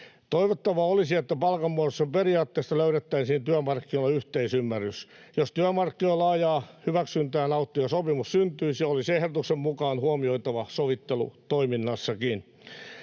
Toivottavaa olisi, että palkanmuodostukseen periaatteessa löydettäisiin työmarkkinoilla yhteisymmärrys. Jos työmarkkinoilla laajaa hyväksyntää nauttiva sopimus syntyisi, olisi se ehdotuksen mukaan huomioitava sovittelutoiminnassakin.